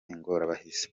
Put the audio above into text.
ingorabahizi